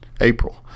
April